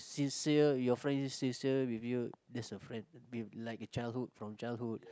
sincere if your friend is sincere with you that's a friend we like childhood from childhood